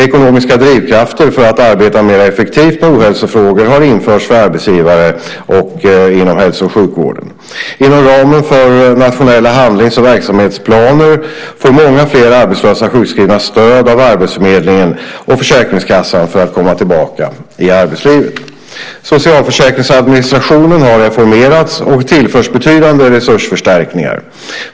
Ekonomiska drivkrafter för att arbeta mer effektivt med ohälsofrågor har införts för arbetsgivare och inom hälso och sjukvården. Inom ramen för nationella handlings och verksamhetsplaner får många fler arbetslösa sjukskrivna stöd av arbetsförmedlingen och Försäkringskassan för att komma tillbaka i arbetslivet. Socialförsäkringsadministrationen har reformerats och tillförts betydande resursförstärkningar.